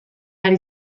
ari